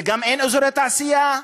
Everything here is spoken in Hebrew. גם אין אזורי תעשייה,